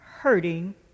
hurting